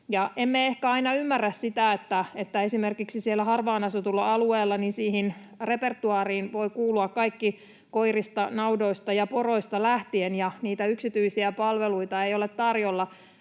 Emme ehkä aina ymmärrä sitä, että esimerkiksi siellä harvaan asutulla alueella siihen repertuaariin voi kuulua kaikki koirista, naudoista ja poroista lähtien, ja niitä yksityisiä palveluita ei ole tarjolla.